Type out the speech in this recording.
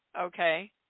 Okay